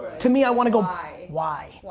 to me, i wanna go why. why?